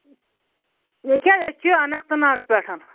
یہِ کیٛاہ ییٚتہِ چھِ اننت ناگ پٮ۪ٹھ